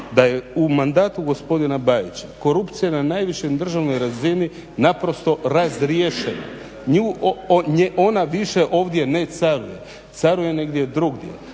da je u mandatu gospodina Bajića korupcija na najvišoj državnoj razini naprosto razriješena. Ona više ovdje ne caruje, caruje negdje drugdje,